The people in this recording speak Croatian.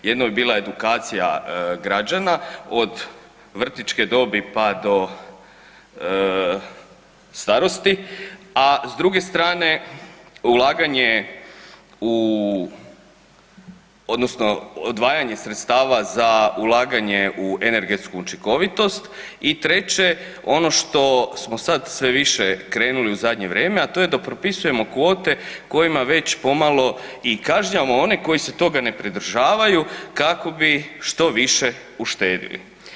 Jedno bi bila edukacija građana od vrtićke dobi pa do starosti, a s druge strane ulaganje u odnosno odvajanje sredstava za ulaganje u energetsku učinkovitost i treće ono što smo sad sve više krenuli u zadnje vrijeme, a to je da propisujemo kvote kojima već pomalo i kažnjavamo one koji se toga ne pridržavaju kako bi što više uštedili.